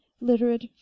literate